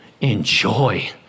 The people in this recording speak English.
enjoy